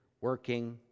working